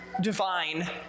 divine